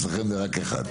אצלכם זה רק אחד.